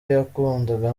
yakundaga